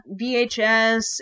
VHS